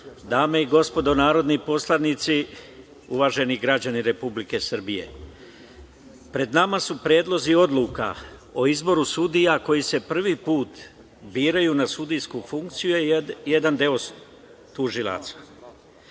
dame i gospodo narodni poslanici, uvaženi građani Republike Srbije, pred nama su predlozi odluka o izboru sudija koji se prvi put biraju na sudijsku funkciju, jedan deo tužilaca.